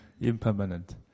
impermanent